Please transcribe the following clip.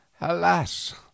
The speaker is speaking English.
Alas